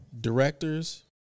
directors